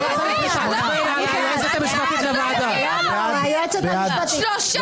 --- ואליד אלהואשלה (רע"מ,